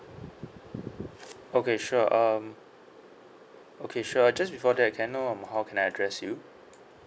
okay sure um okay sure uh just before that can I know um how can I address you